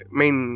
main